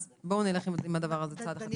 אז בואו נלך עם הדבר הזה צעד אחד נוסף.